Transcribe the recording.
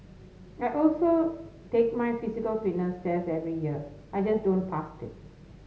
I also take my physical fitness test every year I just don't pass to